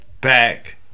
back